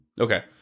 Okay